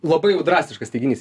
labai jau drastiškas teiginys